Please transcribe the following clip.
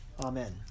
Amen